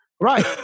Right